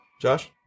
Josh